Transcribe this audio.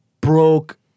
broke